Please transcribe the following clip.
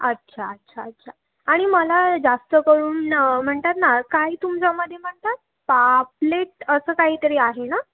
अच्छा अच्छा अच्छा आणि मला जास्तकरून म्हणतात ना काही तुमचंमध्ये म्हणतात पाप्लेट असं काहीतरी आहे ना